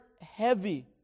heavy